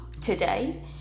today